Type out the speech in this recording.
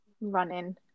running